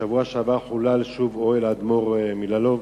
בשבוע שעבר חולל, שוב, אוהל האדמו"ר מלעלוב.